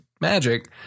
Magic